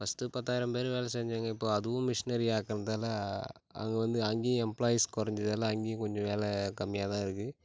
first பத்தாயிரம் பேர் வேலை செஞ்சாங்கள் இப்போ அதுவும் மிஷினரியாக ஆக்குனதால் அங்கே வந்து அங்கேயும் எம்ப்ளாயிஸ் குறஞ்சதால அங்கேயும் வேலை கொஞ்சமா கம்மியாகதான் இருக்குது